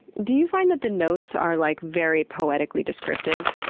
do you find that the notes are like, very poetically descriptive?